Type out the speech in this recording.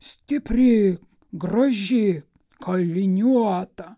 stipri graži kailiniuota